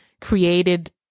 created